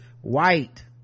white